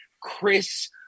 Chris